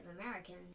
Americans